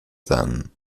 than